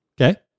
Okay